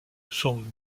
son